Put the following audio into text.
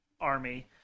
army